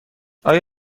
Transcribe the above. آیا